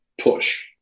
push